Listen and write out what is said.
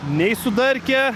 nei sudarkė